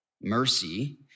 Mercy